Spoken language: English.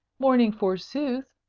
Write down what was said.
morning, forsooth!